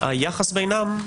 היחס ביניהם,